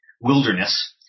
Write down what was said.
wilderness